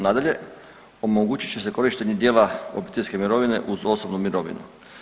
Nadalje, omogućit će se korištenje dijela obiteljske mirovine uz osobnu mirovinu.